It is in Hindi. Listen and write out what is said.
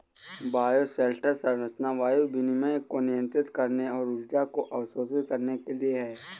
बायोशेल्टर संरचना वायु विनिमय को नियंत्रित करने और ऊर्जा को अवशोषित करने के लिए है